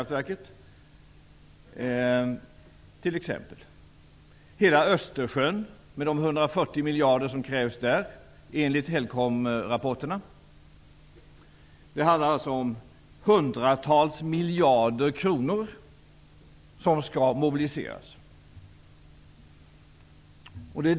Det var bara några exempel. Hela Östersjön med de 140 miljarder kronor som enligt Helcomrapporterna krävs är ytterligare ett exempel. Diskussionen gäller alltså de hundratals miljarder kronor som skall mobiliseras.